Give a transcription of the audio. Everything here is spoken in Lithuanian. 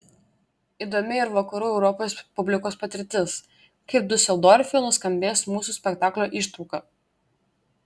įdomi ir vakarų europos publikos patirtis kaip diuseldorfe nuskambės mūsų spektaklio ištrauka